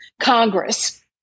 Congress